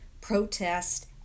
protest